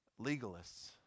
legalists